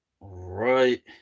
right